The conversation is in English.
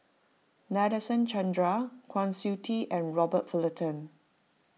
Nadasen Chandra Kwa Siew Tee and Robert Fullerton